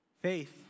Faith